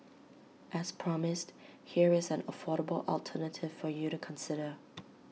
as promised here is an affordable alternative for you to consider